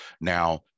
now